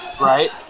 Right